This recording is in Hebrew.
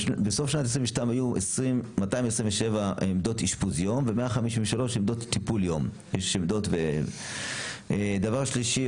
בסוף שנת 22 היו 227 עמדות אשפוז יום ו-153 עמדות טיפול יום ודבר שלישי,